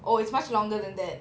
oh it's much longer than that